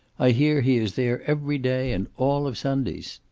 i hear he is there every day and all of sundays.